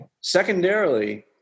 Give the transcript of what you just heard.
Secondarily